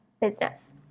business